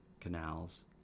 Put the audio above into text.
canals